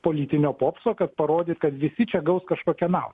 politinio popso kad parodyt kad visi čia gaus kažkokią naudą